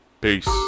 Peace